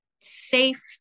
safe